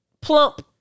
plump